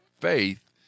faith